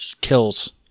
kills